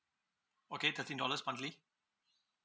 okay thirteen dollars only